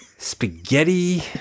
Spaghetti